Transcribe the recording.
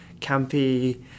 campy